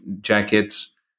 jackets